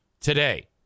Today